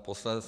poslanec.